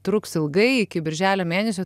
truks ilgai iki birželio mėnesio